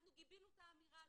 אנחנו גיבינו את האמירה הזו.